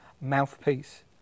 mouthpiece